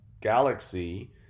galaxy